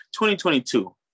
2022